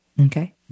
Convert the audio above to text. Okay